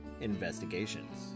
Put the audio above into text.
Investigations